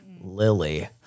Lily